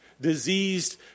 diseased